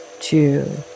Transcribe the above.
two